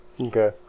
Okay